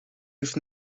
with